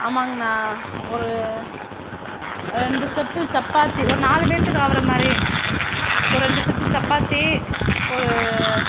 ஆமாங்கண்ணா ஒரு ரெண்டு செட்டு சப்பாத்தி ஒரு நாலு பேத்துக்கு ஆகிற மாதிரி ஒரு ரெண்டு செட்டு சப்பாத்தி ஒரு